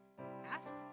ask